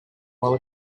while